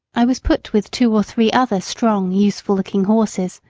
i was put with two or three other strong, useful-looking horses,